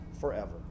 forever